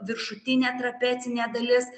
viršutinė trapecinė dalis